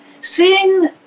Seeing